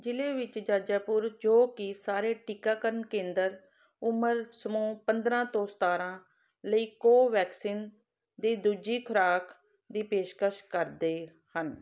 ਜ਼ਿਲ੍ਹੇ ਵਿੱਚ ਜਾਜਾਪੁਰ ਜੋ ਕਿ ਸਾਰੇ ਟੀਕਾਕਰਨ ਕੇਂਦਰ ਉਮਰ ਸਮੂਹ ਪੰਦਰਾਂ ਤੋਂ ਸਤਾਰਾਂ ਲਈ ਕੋਵੈਕਸਿਨ ਦੇ ਦੂਜੀ ਖੁਰਾਕ ਦੀ ਪੇਸ਼ਕਸ਼ ਕਰਦੇ ਹਨ